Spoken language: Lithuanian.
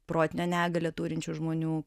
protinę negalią turinčių žmonių